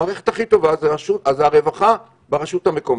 המערכת הכי טובה היא הרווחה ברשות המקומית.